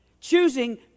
Choosing